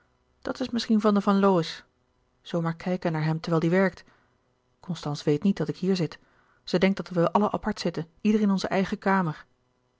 dat is misschien van de van lowe's zoo maar kijken naar hem terwijl die werkt constance weet niet dat ik hier zit ze denkt dat we allen apart zitten ieder in onze eigen kamer